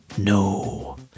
No